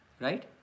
Right